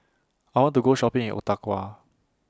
I want to Go Shopping in Ottawa